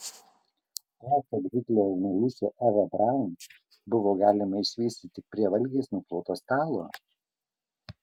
o kad hitlerio meilužę evą braun buvo galima išvysti tik prie valgiais nukloto stalo